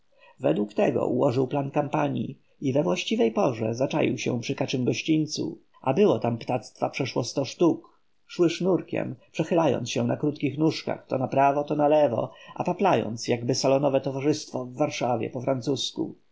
według tego ułożył plan kampanii i we właściwej porze zaczaił się przy kaczym gościńcu a było tam ptactwa przeszło sto sztuk szły sznurkiem przechylając się na krótkich nóżkach to na prawo to na lewo a paplając jakby salonowe towarzystwo w warszawie po francusku